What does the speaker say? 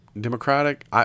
Democratic